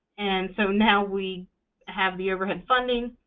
and so now we have the overhead funding.